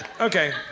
Okay